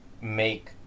make